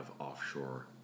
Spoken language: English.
offshore